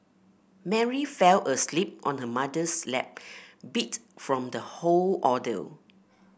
Mary fell asleep on her mother's lap beat from the whole ordeal